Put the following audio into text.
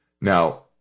Now